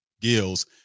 Gills